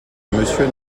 monsieur